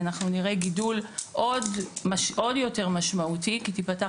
אנחנו נראה גידול עוד יותר משמעותי כי תיפתח